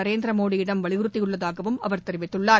நரேந்திர மோடியிடம் வலியுறுத்தியுள்ளதாகவும் அவர் தெரிவித்துள்ளார்